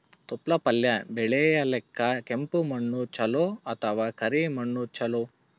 ತೊಪ್ಲಪಲ್ಯ ಬೆಳೆಯಲಿಕ ಕೆಂಪು ಮಣ್ಣು ಚಲೋ ಅಥವ ಕರಿ ಮಣ್ಣು ಚಲೋ?